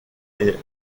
est